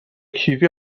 کیوی